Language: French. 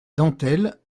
dentelles